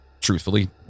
truthfully